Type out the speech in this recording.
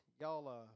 Y'all